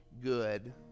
good